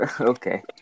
Okay